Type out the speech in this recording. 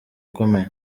ukomeye